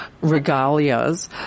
regalias